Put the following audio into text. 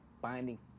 binding